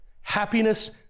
Happiness